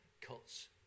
cuts